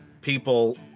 people